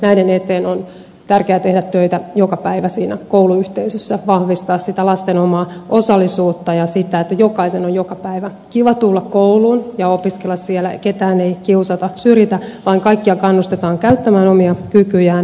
näiden eteen on tärkeää tehdä töitä joka päivä kouluyhteisössä vahvistaa lasten omaa osallisuutta ja sitä että jokaisen on joka päivä kiva tulla kouluun ja opiskella siellä ja ketään ei kiusata tai syrjitä vaan kaikkia kannustetaan käyttämään omia kykyjään